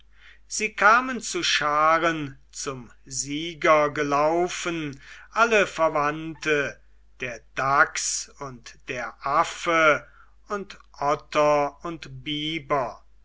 sie kamen zu scharen zum sieger gelaufen alle verwandte der dachs und der affe und otter und biber